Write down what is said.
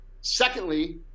Secondly